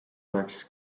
oleks